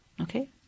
Okay